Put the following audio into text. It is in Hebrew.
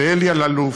אלי אלאלוף,